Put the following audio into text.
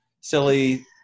silly